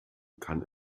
kann